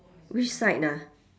which side ah